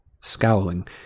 Scowling